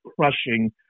crushing